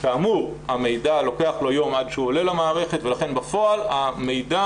כאמור לוקח יום עד שהמידע עולה למערכת ולכן בפועל המידע